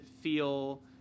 feel